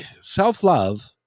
self-love